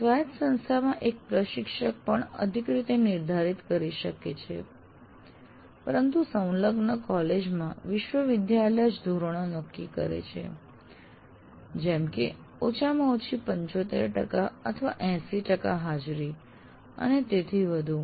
સ્વાયત્ત સંસ્થામાં એક પ્રશિક્ષક પણ અધિક રીતે નિર્ધારિત કરી શકે છે પરંતુ સંલગ્ન કોલેજમાં વિશ્વવિદ્યાલય જ ધોરણો નક્કી કરે છે જેમ કે ઓછામાં ઓછી 75 અથવા 80 ટકા હાજરી અને તેથી વધુ